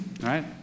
right